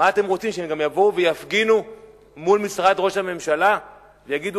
מה אתם רוצים שהם גם יבואו ויפגינו מול משרד ראש הממשלה ויגידו,